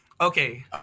Okay